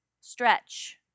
Stretch